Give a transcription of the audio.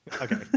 Okay